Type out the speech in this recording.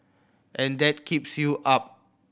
and that keeps you up